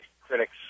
critics